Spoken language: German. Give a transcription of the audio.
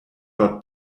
dort